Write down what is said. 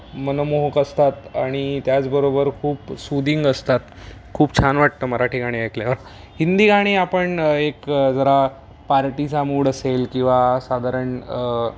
मनमोहक असतात आणि त्याचबरोबर खूप सुदिंग असतात खूप छान वाटतं मराठी गाणी ऐकल्यावर हिंदी गाणी आपण एक जरा पार्टीचा मूड असेल किंवा साधारण